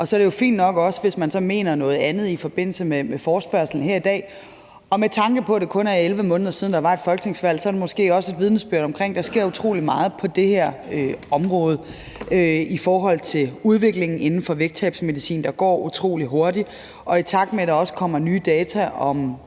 og så er det jo også fint nok, hvis man så mener noget andet i forbindelse med forespørgslen her i dag. Med tanke på at det kun er 11 måneder siden, der var et folketingsvalg, så er det måske også et vidnesbyrd om, at der sker utrolig meget på det her område i forhold til udviklingen inden for vægttabsmedicin, der går utrolig hurtigt. I takt med at der også kommer nye data og